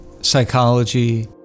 psychology